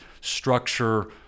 structure